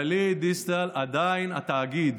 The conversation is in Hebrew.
גלית דיסטל, עדיין התאגיד